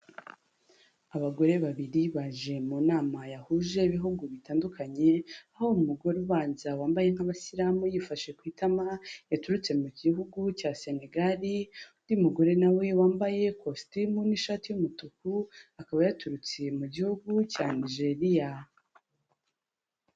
Abagore babiri baje mu nama yahuje ibihugu bitandukanye, aho umugore ubanza wambaye nk'abasilamu yifashe ku itama, yaturutse mu gihugu cya Senegal, undi mugore nawe wambaye ikositimu n'ishati y'umutuku akaba yaturutse mu gihugu cya Nigeria.